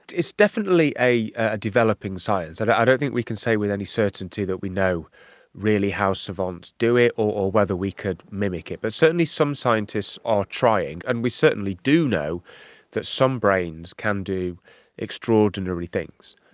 it's definitely a ah developing science. i don't i don't think we can say with any certainty that we know really how savants do it or whether we could mimic it, but certainly some scientists are trying, and we certainly do know that some brains can do extraordinary things,